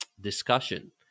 discussion